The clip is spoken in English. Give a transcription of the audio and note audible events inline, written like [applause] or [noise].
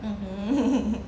mmhmm [laughs]